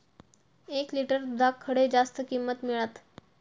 एक लिटर दूधाक खडे जास्त किंमत मिळात?